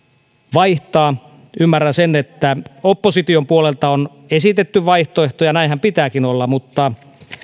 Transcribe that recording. vaihtaa ymmärrän sen että opposition puolelta on esitetty vaihtoehtoja ja näinhän pitääkin olla mutta